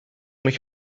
mich